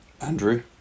Andrew